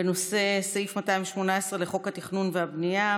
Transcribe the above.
בנושא: סעיף 218 לחוק התכנון והבנייה,